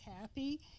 happy